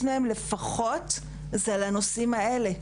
50% מהם לפחות זה לנושאים האלה.